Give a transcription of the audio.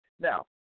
Now